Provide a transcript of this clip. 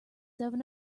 seven